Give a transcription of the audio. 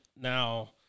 Now